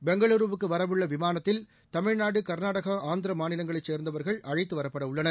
பெங்களுருக்கு வரவுள்ள விமானத்தில் தமிழ்நாடு கர்நாடகா ஆந்திரா மாநிலங்களை சேர்ந்தவர்கள் அழைத்து வரப்பட உள்ளனர்